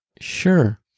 Sure